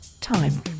Time